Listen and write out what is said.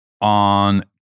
on